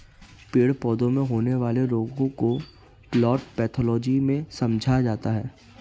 पेड़ पौधों में होने वाले रोगों को प्लांट पैथोलॉजी में समझा जाता है